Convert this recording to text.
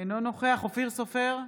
אינו נוכח אופיר סופר,